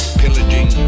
pillaging